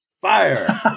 Fire